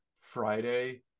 Friday